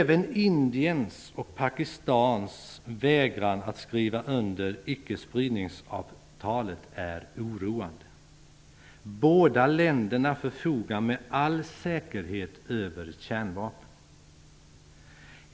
Även Indiens och Pakistans vägran att skriva under icke-spridningsavtalet är oroande. Båda länderna förfogar med all säkerhet över kärnvapen.